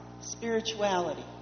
spirituality